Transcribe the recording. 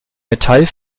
metall